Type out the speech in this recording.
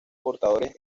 portadores